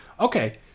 Okay